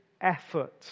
effort